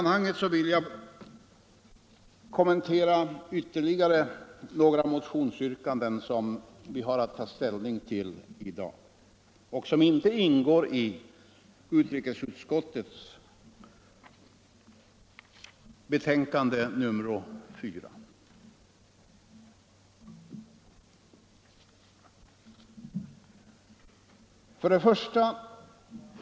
I detta sammanhang vill jag kommentera ytterligare några motionsyrkanden som vi har att ta ställning till i dag och som inte behandlas i utrikesutskottets betänkande nr 4.